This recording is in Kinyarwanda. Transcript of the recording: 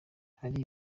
hari